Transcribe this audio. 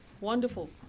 wonderful